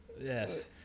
Yes